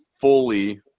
fully